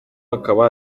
akaba